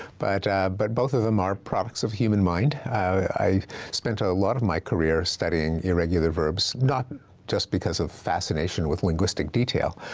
but but both of them are products of the human mind. i spent a lot of my career studying irregular verbs, not just because of fascination with linguistic detail,